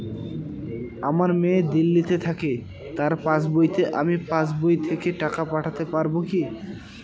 আমার মেয়ে দিল্লীতে থাকে তার পাসবইতে আমি পাসবই থেকে টাকা পাঠাতে পারব কি?